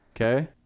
Okay